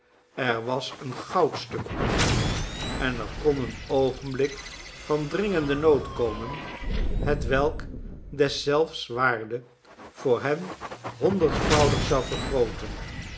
er was een goudstuk onder en er kon een oogenblik van dringenden nood komen hetwelk deszelfs waarde voor hen honderdvoudig zou vergrooten